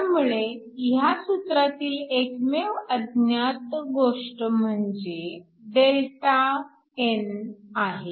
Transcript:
त्यामुळे ह्या सूत्रातील एकमेव अज्ञात गोष्ट म्हणजे Δn आहे